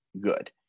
good